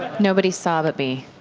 nobody saw, but me.